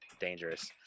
Dangerous